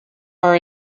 are